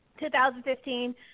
2015